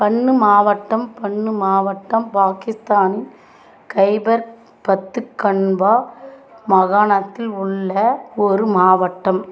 பன்னு மாவட்டம் பன்னு மாவட்டம் பாகிஸ்தானின் கைபர் பக்துக் கன்வா மாகாணாத்தில் உள்ள ஒரு மாவட்டம்